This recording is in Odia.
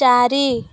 ଚାରି